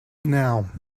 now